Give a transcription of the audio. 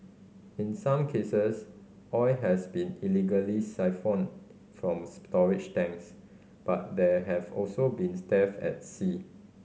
in some cases oil has been illegally siphoned from storage tanks but there have also been theft at sea